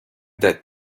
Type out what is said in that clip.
that